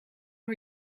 are